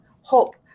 hope